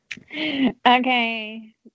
Okay